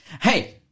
Hey